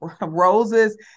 roses